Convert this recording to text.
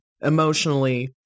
emotionally